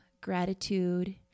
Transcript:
gratitude